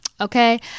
okay